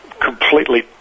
completely